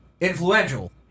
influential